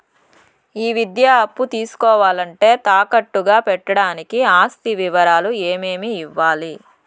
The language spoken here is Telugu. ఈ విద్యా అప్పు తీసుకోవాలంటే తాకట్టు గా పెట్టడానికి ఆస్తి వివరాలు ఏమేమి ఇవ్వాలి?